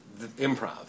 improv